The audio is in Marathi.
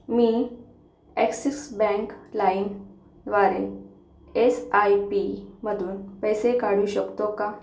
मी ॲक्सिस बँक लाईमद्वारे एस आय पीमधून पैसे काढू शकतो का